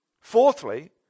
Fourthly